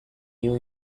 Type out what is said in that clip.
new